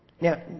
Now